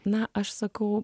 na aš sakau